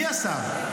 מי עשה?